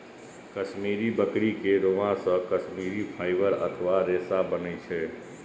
कश्मीरी बकरी के रोआं से कश्मीरी फाइबर अथवा रेशा बनै छै